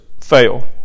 fail